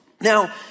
Now